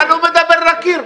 אבל הוא מדבר לקיר.